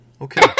okay